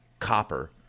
copper